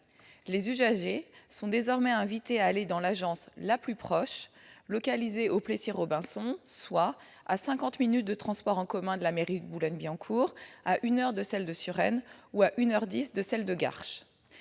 Les usagers sont désormais invités à aller dans l'agence la plus proche, localisée au Plessis-Robinson, soit à cinquante minutes de transports en commun de la mairie de Boulogne-Billancourt, à une heure de celle de Suresnes ou à une heure dix de celle de Garches.